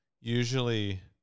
usually